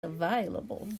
available